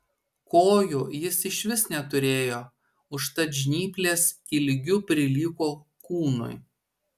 kojų jis išvis neturėjo užtat žnyplės ilgiu prilygo kūnui